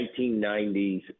1990s